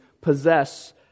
possess